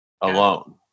alone